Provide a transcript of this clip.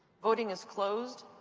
voting is closed.